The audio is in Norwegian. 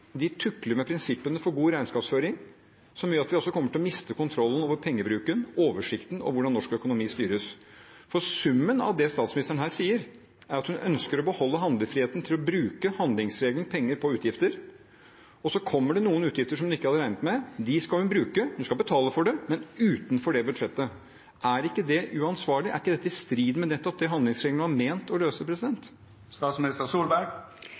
tukler med prinsippene for god regnskapsføring, som gjør at vi kommer til å miste kontrollen over pengebruken og miste oversikten over hvordan norsk økonomi styres. Summen av det statsministeren her sier, er at hun ønsker å beholde handlefriheten til å bruke handlingsregelen, bruke penger på utgifter, og når det kommer utgifter hun ikke hadde regnet med, skal hun betale for dem, men utenfor det budsjettet. Er ikke det uansvarlig, er ikke dette i strid med nettopp det som handlingsregelen var ment å løse?